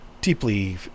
deeply